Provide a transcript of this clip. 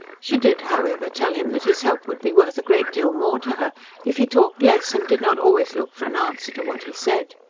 she did, however, tell him that his help would be worth a great deal more to her if he talked less and did not always look for an answer to what he said.